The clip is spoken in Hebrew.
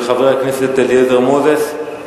של חבר הכנסת אליעזר מוזס,